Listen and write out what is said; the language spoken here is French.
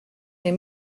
les